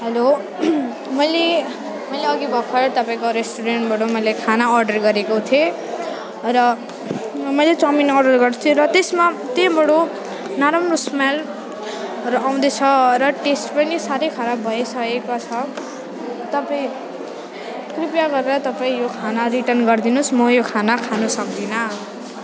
hello मैले मैले अघि भर्खरै तपाईँको रेस्टुरेन्टबाट मैले खाना अर्डर गरेको थिएँ र मैले चाउमिन अर्डर गरेको थिएँ र त्यसमा त्यहीँबाट नराम्रो स्मेलहरू आउँदैछ र टेस्ट पनि साह्रै खराब भइसकेको छ तपाईँ कृपया गरेर तपाईँ यो खाना रिटर्न गरिदिनुहोस् म यो खाना खानुसक्दिनँ